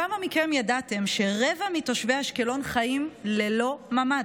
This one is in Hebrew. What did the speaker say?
כמה מכם ידעתם שרבע מתושבי אשקלון חיים ללא ממ"ד?